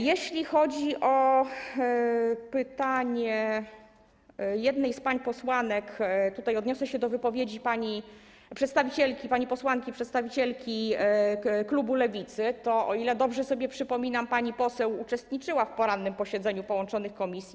Jeśli chodzi o pytanie jednej z pań posłanek - tutaj odniosę się do wypowiedzi pani posłanki, przedstawicielki klubu Lewicy - to, o ile dobrze sobie przypominam, pani poseł uczestniczyła w porannym posiedzeniu połączonych komisji.